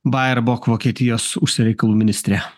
baerbock vokietijos užsienio reikalų ministrė